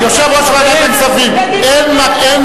בדימונה ובאופקים,